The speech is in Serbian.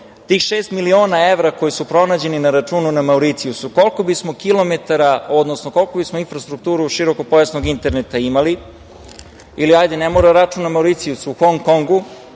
tih šest miliona evra koji su pronađeni na računu na Mauricijusu, koliko bismo kilometara, odnosno koliko bismo infrastrukturu širokopojasnog interneta imali? Ne mora račun na Mauricijusu, može u Hon Kongu,